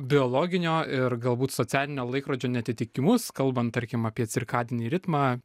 biologinio ir galbūt socialinio laikrodžio neatitikimus kalbant tarkim apie cirkadinį ritmą